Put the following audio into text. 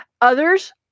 Others